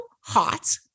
hot